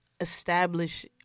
establish